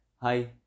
Hi